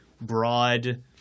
broad